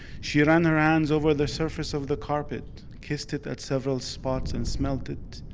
she ran her hands over the surface of the carpet, kissed it at several spots, and smelled it.